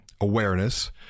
awareness